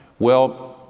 well,